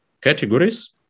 categories